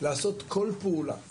לעשות כל פעולה,